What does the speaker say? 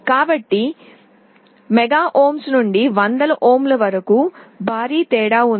కాబట్టి mega ohm నుండి వందల ఓంల వరకు భారీ తేడా ఉంది